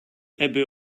ebbe